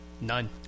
None